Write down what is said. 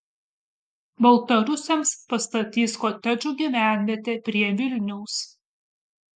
baltarusiams pastatys kotedžų gyvenvietę prie vilniaus